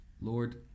Lord